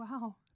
wow